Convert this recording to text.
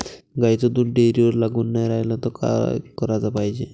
गाईचं दूध डेअरीवर लागून नाई रायलं त का कराच पायजे?